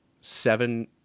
seven